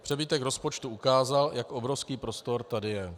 Přebytek rozpočtu ukázal, jak obrovský prostor tady je.